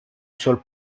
sols